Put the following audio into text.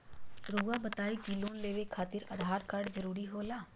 रौआ बताई की लोन लेवे खातिर आधार कार्ड जरूरी होला?